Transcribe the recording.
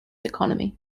economy